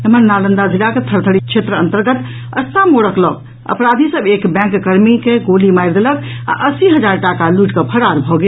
एम्हर नालंदा जिलाक थरथरी थाना क्षेत्र अंतर्गत अस्ता मोड़क लऽग अपराधी सभ एक बैंक कर्मी के गोली मारि देलक आ अस्सी हजार टाका लूटि कऽ फरार भऽ गेल